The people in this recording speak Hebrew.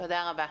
תודה רבה.